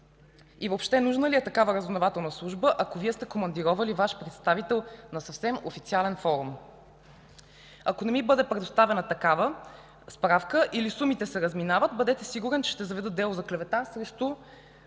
И въобще нужна ли е такава разузнавателна служба, ако Вие сте командировали Ваш представител на съвсем официален форум? Ако не ми бъде предоставена такава справка или сумите се разминават, бъдете сигурен, че ще заведа дело за клевета срещу